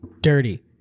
dirty